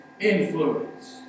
influence